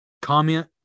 comment